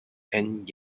and